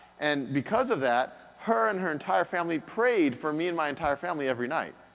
and because of that, her and her entire family prayed for me and my entire family every night.